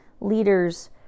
leaders